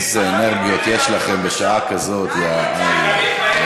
איזה אנרגיות יש לכם בשעה כזאת, יא אללה.